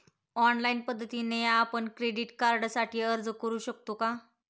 Online पद्धतीने आपण credit कार्डसाठी अर्ज करु शकतो का?